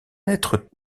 être